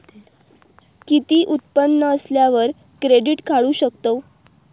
किती उत्पन्न असल्यावर क्रेडीट काढू शकतव?